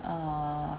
err